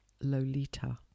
Lolita